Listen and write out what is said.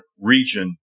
region